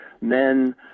men